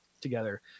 together